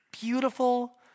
beautiful